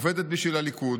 עובדת בשביל הליכוד,